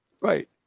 Right